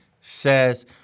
says